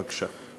בבקשה.